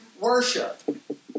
worship